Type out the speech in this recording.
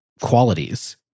qualities